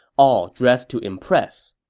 all dressed to impress.